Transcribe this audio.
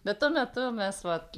bet tuo metu mes vat